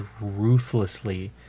ruthlessly